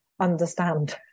understand